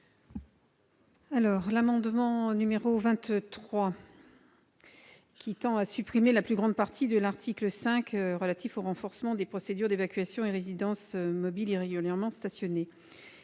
? L'amendement n° 23 tend à supprimer la plus grande partie de l'article 5 relatif au renforcement des procédures d'évacuation des résidences mobiles irrégulièrement stationnées.